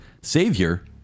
Savior